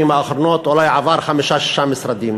האחרונות עבר אולי חמישה-שישה משרדים,